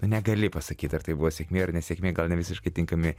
negali pasakyt ar tai buvo sėkmė ar nesėkmė gal ne visiškai tinkami